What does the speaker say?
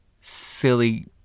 silly